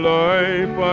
life